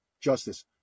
justice